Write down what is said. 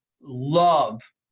love